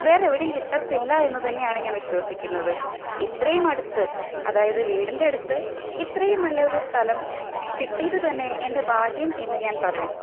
വേറെവിടെയും കിട്ടത്തില്ല എന്നു തന്നെയാണ് ഞാന് വിശ്വസിക്കുന്നത് ഇത്രയുമടുത്ത് അതായത് വീടിന്റെ അടുത്ത് ഇത്രയും നല്ലൊരു സ്ഥലം കിട്ടിയതു തന്നെ എന്റെ ഭാഗ്യം എന്നു ഞാന് പറയും